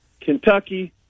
Kentucky